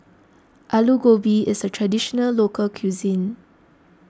Alu Gobi is a Traditional Local Cuisine